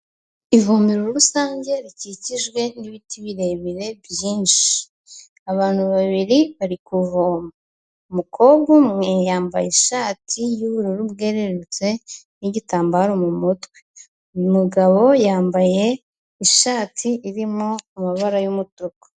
Ivomero rusange rikikijwe n'ibiti birebire byinshi, abantu babiri bari kuvoma, umukobwa umwe yambaye ishati y'ubururu bwerurutse n'igitambaro mu mutwe, uyu mugabo yambaye ishati irimo amabara y'umutuku.